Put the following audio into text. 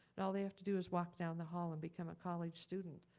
and all they have to do is walk down the hall and become a college student.